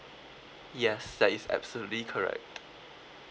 yes that is absolutely correct